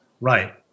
Right